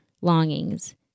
longings